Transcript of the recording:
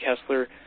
Kessler